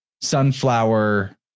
sunflower